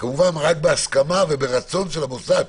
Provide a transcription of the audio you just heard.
כמובן, רק בהסכמה וברצון המוסד.